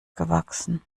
gewachsen